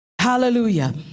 Hallelujah